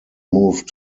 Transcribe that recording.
moved